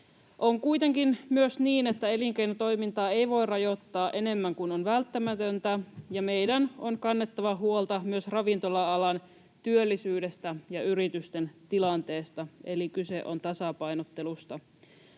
On kuitenkin myös niin, että elinkeinotoimintaa ei voi rajoittaa enemmän kuin on välttämätöntä, ja meidän on kannettava huolta myös ravintola-alan työllisyydestä ja yritysten tilanteesta, eli kyse on tasapainottelusta.